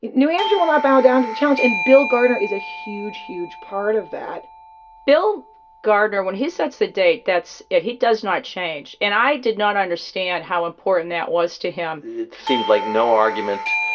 new hampshire will not bow down to the challenge. and bill gardner is a huge, huge part of that bill gardner, when he sets a date, that's it. he does not change. and i did not understand how important that was to him it seemed like no argument,